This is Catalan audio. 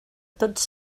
tots